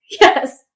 Yes